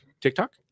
TikTok